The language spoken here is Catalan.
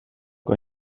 que